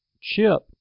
Chip